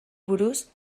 buruz